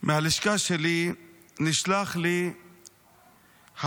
מהלשכה שלי נשלחו אליי הטוקבקים